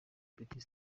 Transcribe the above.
petit